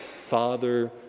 Father